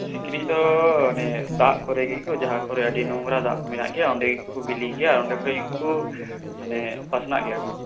ᱥᱤᱠᱲᱤᱡ ᱫᱚ ᱚᱱᱮ ᱫᱟᱜ ᱠᱚᱨᱮ ᱜᱮᱠᱚ ᱡᱟᱦᱟᱸ ᱠᱚᱨᱮ ᱟ ᱰᱤ ᱱᱚᱝᱨᱟ ᱫᱟᱜ ᱠᱚ ᱢᱮᱱᱟᱜ ᱜᱮᱭᱟ ᱚᱸᱰᱮ ᱜᱮᱠᱚ ᱵᱤᱞᱤ ᱜᱮᱭᱟ ᱚᱸᱰᱮ ᱠᱷᱚᱡ ᱜᱮ ᱠᱚ ᱢᱟᱱᱮ ᱯᱟᱥᱱᱟᱜ ᱜᱮᱭᱟ ᱠᱚ